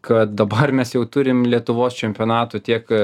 kad dabar mes jau turim lietuvos čempionatų tiek